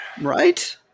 Right